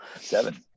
seven